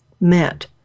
met